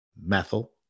methyl